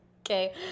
okay